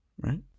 right